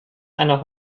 einer